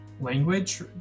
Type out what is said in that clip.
language